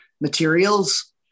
materials